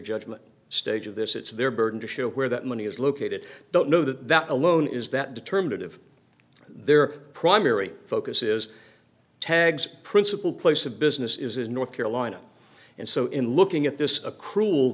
judgment stage of this it's their burden to show where that money is located don't know that that alone is that determinative their primary focus is tag's principal place of business is in north carolina and so in looking at this a cruel